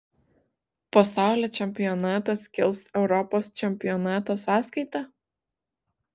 pasaulio čempionatas kils europos čempionato sąskaita